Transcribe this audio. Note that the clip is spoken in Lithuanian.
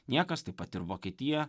niekas taip pat ir vokietija